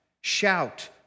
Shout